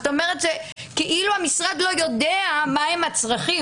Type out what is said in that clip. כאילו המשרד לא יודע מה הצרכים.